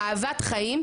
אהבת חיים,